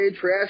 trash